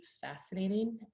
fascinating